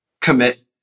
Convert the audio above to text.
commit